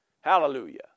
Hallelujah